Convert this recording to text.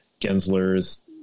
Genslers